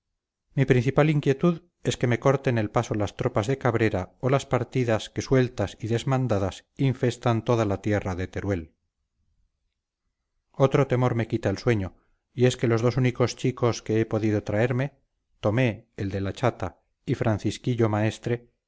mi principal inquietud es que me corten el paso las tropas de cabrera o las partidas que sueltas y desmandadas infestan toda la tierra de teruel otro temor me quita el sueño y es que los dos únicos chicos que he podido traerme tomé el de la chata y francisquillo maestre